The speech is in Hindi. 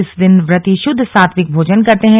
इस दिन व्रती शुद्ध सात्विक भोजन करते हैं